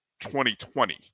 2020